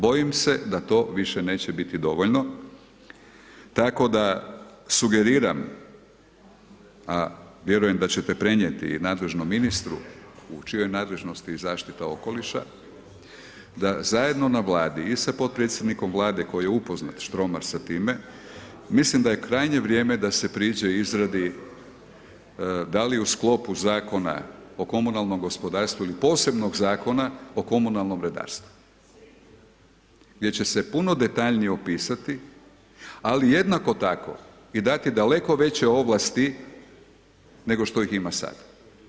Bojim se da to više neće biti dovoljno, tako da sugeriram, a vjerujem da ćete prenijeti i nadležnom ministru u čijoj nadležnosti je zaštita okoliša da zajedno na Vladi i sa potpredsjednikom Vlade koji je upoznat, Štromar, sa time, mislim da je krajnje vrijeme da se priđe izradi da li u sklopu Zakona o komunalnom gospodarstvu ili posebnog Zakona o komunalnom redarstvu gdje će se puno detaljnije opisati, ali jednako tako i dati daleko veće ovlasti nego što ih ima sada.